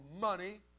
money